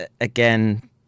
again